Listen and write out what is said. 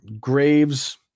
Graves